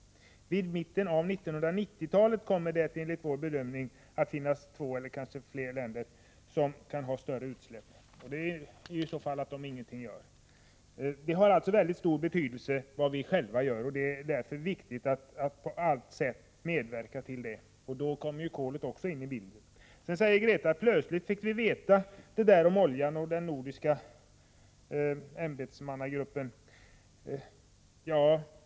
Vid mitten av 1990-talet kommer det enligt verkets bedömning att finnas två eller fler länder som kan ha större utsläpp om ingenting görs. Det har alltså väldigt stor betydelse vad vi själva gör, och det är viktigt att på allt sätt medverka till detta. Då kommer även kolet in i bilden. Grethe Lundblad sade att man plötsligt fick kunskap om svavelutsläppen genom den nordiska ämbetsmannakommittén.